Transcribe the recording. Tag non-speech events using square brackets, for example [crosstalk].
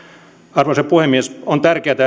arvoisa puhemies on tärkeätä [unintelligible]